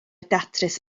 datrys